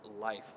life